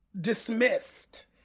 dismissed